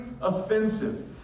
offensive